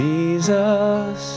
Jesus